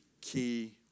key